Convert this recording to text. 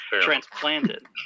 Transplanted